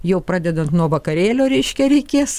jau pradedant nuo vakarėlio reiškia reikės